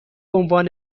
عنوان